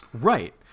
right